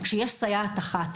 כשיש סייעת אחת,